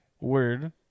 word